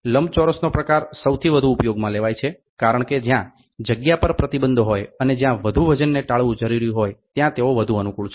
લંબચોરસનો પ્રકાર સૌથી વધુ ઉપયોગમાં લેવાય છે કારણકે જ્યાં જગ્યા પર પ્રતિબંધ હોય અને જ્યાં વધુ વજનને ટાળવું જરૂરી હોય ત્યાં તેઓ વધુ અનુકૂળ છે